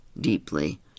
deeply